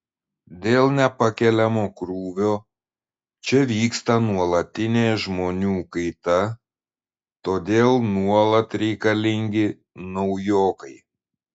dėl nepakeliamo krūvio čia vyksta nuolatinė žmonių kaita todėl nuolat reikalingi naujokai